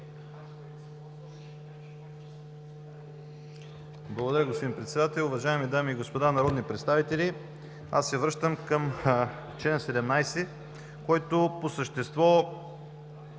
Благодаря, госпожо Председател. Уважаеми дами и господа народни представители, връщам се към чл. 17, който по същество